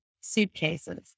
suitcases